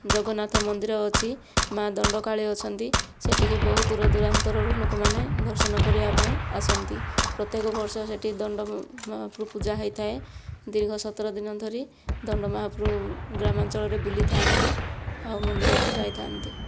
ଜଗନ୍ନାଥ ମନ୍ଦିର ଅଛି ମା' ଦଣ୍ଡକାଳୀ ଅଛନ୍ତି ସେଠିକି ବହୁ ଦୂରଦୂରାନ୍ତରରୁ ଲୋକମାନେ ଦର୍ଶନ କରିବାପାଇଁ ଆସନ୍ତି ପ୍ରତ୍ୟେକ ବର୍ଷ ସେଠି ଦଣ୍ଡ ମହାପ୍ରଭୁ ପୂଜା ହୋଇଥାଏ ଦୀର୍ଘ ସତର ଦିନ ଧରି ଦଣ୍ଡ ମହାପ୍ରଭୁ ଗ୍ରାମାଞ୍ଚଳରେ ବୁଲିଥାନ୍ତି ଆଉ ମନ୍ଦିରକୁ ଯାଇଥାନ୍ତି